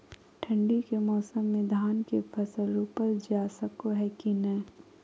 ठंडी के मौसम में धान के फसल रोपल जा सको है कि नय?